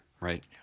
Right